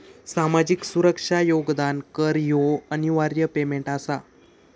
सामाजिक सुरक्षा योगदान कर ह्यो अनिवार्य पेमेंट आसा